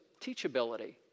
teachability